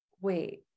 wait